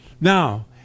Now